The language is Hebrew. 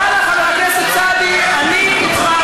היא, אדמה, ואללה, חבר הכנסת סעדי, אני אתך.